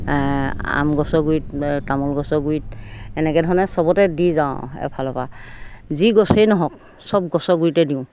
আম গছৰ গুৰিত তামোল গছৰ গুৰিত এনেকৈ ধৰণে চবতে দি যাওঁ আৰু এফালৰপৰা যি গছেই নহওক চব গছৰ গুৰিতে দিওঁ